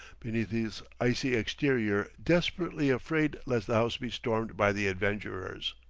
beneath his icy exterior desperately afraid lest the house be stormed by the adventurers.